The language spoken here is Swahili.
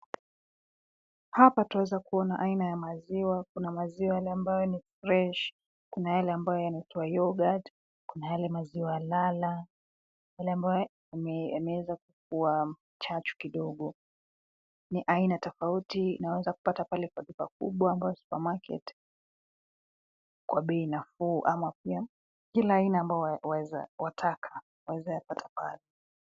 Hapa twaweza kuona aina ya maziwa kuna maziwa yale ambayo ni fresh , kuna yale ambayo yanaitwa yoghurt , kuna yale maziwa lala, yale ambayo, yameweza, kukuwa, chachu kidogo, ya aina tofauti inaweza kupata pale kwa duka kubwa ambayo ni supermarket , kwa bei nafuu ama pia, kila aina ambayo waeza wataka, waezapata pale.